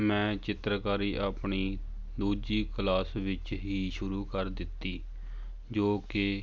ਮੈਂ ਚਿੱਤਰਕਾਰੀ ਆਪਣੀ ਦੂਜੀ ਕਲਾਸ ਵਿੱਚ ਹੀ ਸ਼ੁਰੂ ਕਰ ਦਿੱਤੀ ਜੋ ਕਿ